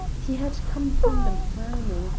he had come upon them frowning,